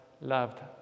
Loved